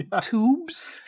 tubes